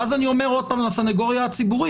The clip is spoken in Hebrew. ואז אני אומר עוד פעם לסניגוריה הציבורית,